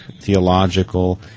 theological